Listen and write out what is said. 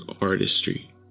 artistry